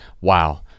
wow